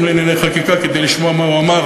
לענייני חקיקה כדי לשמוע מה הוא אמר,